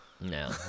No